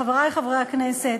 חברי חברי הכנסת,